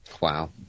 Wow